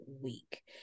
week